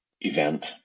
event